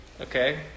okay